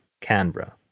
Canberra